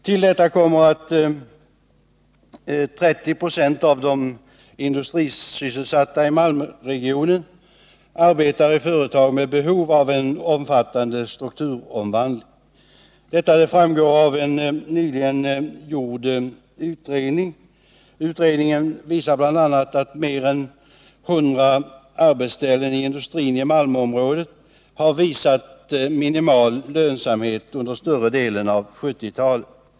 Till detta kommer att 30 96 av de industrisysselsatta i Malmöregionen arbetar i företag med behov av en omfattande strukturomvandling. Detta framgår av en nyligen gjord utredning. Utredningen visar bl.a. att mer än 100 arbetsställen i industrin i Malmöområdet har visat minimal lönsamhet under större delen av 1970-talet.